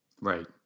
Right